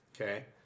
okay